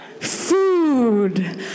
food